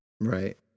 Right